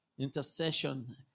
Intercession